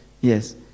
yes